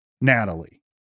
Natalie